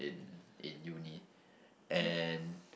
in in uni and